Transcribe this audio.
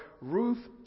Ruth